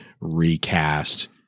recast